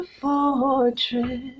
fortress